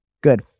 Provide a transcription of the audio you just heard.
Good